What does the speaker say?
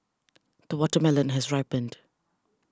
the watermelon has ripened